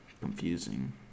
confusing